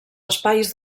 espais